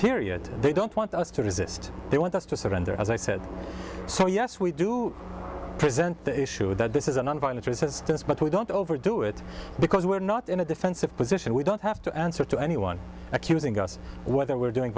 period they don't want us to resist they want us to surrender as i said so yes we do present the issue that this is a nonviolent resistance but we don't over do it because we're not in a defensive position we don't have to answer to anyone accusing us whether we're doing